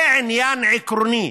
זה עניין עקרוני.